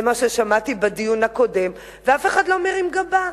זה מה ששמעתי בדיון הקודם, ואף אחד לא מרים גבה.